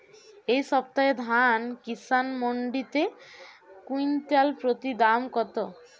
এই সপ্তাহে ধান কিষান মন্ডিতে কুইন্টাল প্রতি দাম কত?